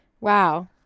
Wow